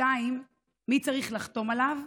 2. מי צריך לחתום עליו?